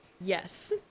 Yes